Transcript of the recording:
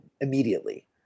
immediately